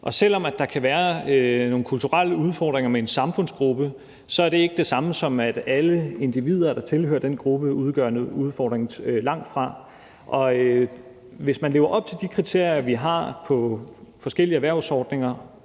og selv om der kan være nogle kulturelle udfordringer med en samfundsgruppe, er det ikke det samme, som at alle individer, der tilhører den gruppe, udgør en udfordring. Det er langtfra sådan. Hvis man lever op til de kriterier, vi har på forskellige erhvervsordninger,